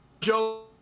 Joe